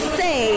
say